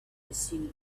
pursue